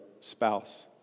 spouse